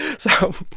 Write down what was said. so